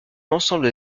l’ensemble